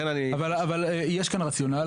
יש כאן רציונל.